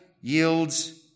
yields